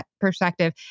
perspective